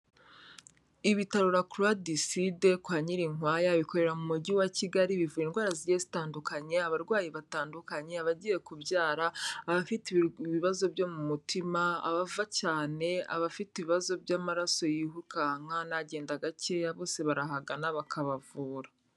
Ibitaro racla decide kwa Nyirinkwaya bikorera mu mujyi wa Kigali bivura indwara zigiye zitandukanye, abarwayi batandukanye, abagiye kubyara, abafite ibibazo byo mu mutima, abava cyane, abafite ibibazo by'amaraso yirukanka n'agenda gakeya bose barahagana bakabavura.